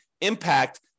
impact